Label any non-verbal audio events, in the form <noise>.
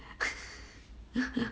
<laughs>